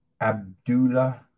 Abdullah